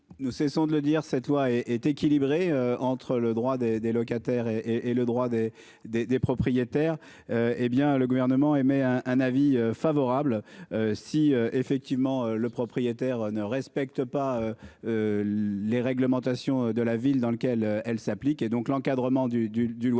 nous cessons de le dire, cette loi est est équilibré entre le droit des, des locataires et et le droit des des des propriétaires. Eh bien le gouvernement émet un avis favorable. Si effectivement le propriétaire ne respectent pas. Les réglementations de la ville dans lequel elle s'applique et donc l'encadrement du du